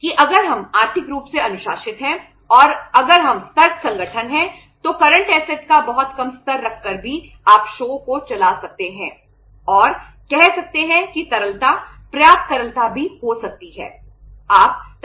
कि अगर हम आर्थिक रूप से अनुशासित हैं और अगर हम सतर्क संगठन हैं तो करंट ऐसेटस को चला सकते हैं और कह सकते हैं कि तरलता पर्याप्त तरलता भी हो सकती है